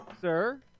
sir